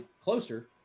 closer